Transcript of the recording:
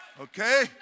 Okay